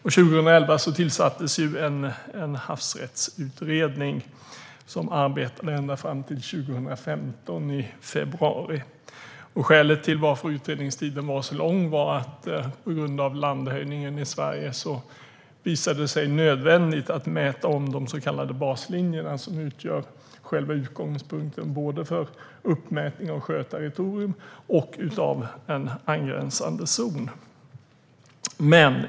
År 2011 tillsattes ju en havsrättsutredning som arbetade ända fram till februari 2015. Skälet till att utredningstiden var så lång var att det på grund av landhöjningen i Sverige visade sig nödvändigt att mäta om de så kallade baslinjerna, vilka utgör själva utgångspunkten både för uppmätning av sjöterritorium och för uppmätning av en angränsande zon.